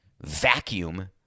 vacuum